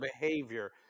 behavior